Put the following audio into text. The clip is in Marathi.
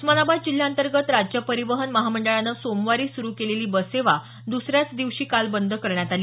उस्मानाबाद जिल्ह्यांतर्गत राज्य परिवहन महामंडळानं सोमवारी सुरू केलेली बस सेवा द्सऱ्याचं दिवशी काल बंद करण्यात आली